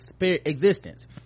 existence